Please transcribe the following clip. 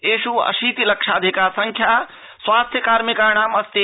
एष् अशीति लक्षाधिका संख्या स्वास्थ्य कार्मिकाणाम् अस्ति